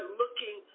looking